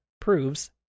proves